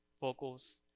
vocals